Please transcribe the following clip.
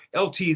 LT